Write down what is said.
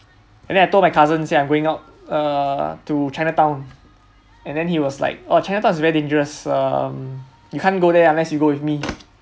and then I told my cousin say I'm going out err to chinatown and then he was like oh chinatown is very dangerous uh you can't go there unless you go with me